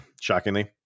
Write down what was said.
shockingly